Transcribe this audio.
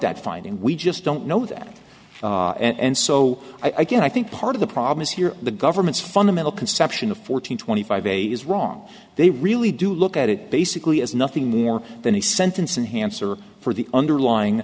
that finding we just don't know that and so i guess i think part of the problem is here the government's fundamental conception of fourteen twenty five a is wrong they really do look at it basically as nothing more than a sentence in hansard for the underlying